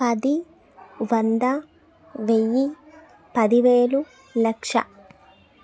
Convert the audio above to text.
పది వంద వెయ్యి పదివేలు లక్షా